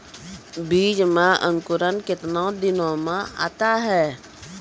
बीज मे अंकुरण कितने दिनों मे आता हैं?